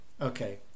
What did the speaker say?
Okay